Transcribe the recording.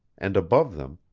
and above them,